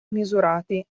misurati